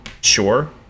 Sure